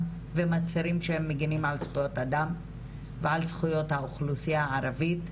ומצרים הם מגנים על זכויות אדם ועל זכויות האוכלוסיה הערבית,